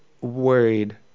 worried